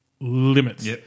limits